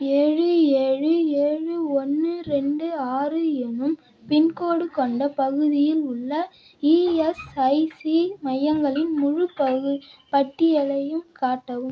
ஏழு ஏழு ஏழு ஒன்று இரண்டு ஆறு எனும் பின்கோட் கொண்ட பகுதியில் உள்ள இஎஸ்ஐசி மையங்களின் முழுப் பகு பட்டியலையும் காட்டவும்